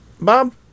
Bob